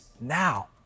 now